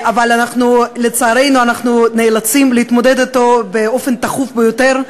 ולצערנו אנחנו נאלצים להתמודד אתו באופן תכוף ביותר,